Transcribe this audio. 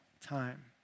time